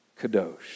kadosh